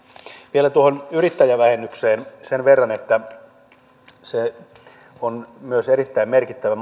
vielä tuohon yrittäjävähennykseen sen verran että se on myös erittäin merkittävä